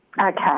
Okay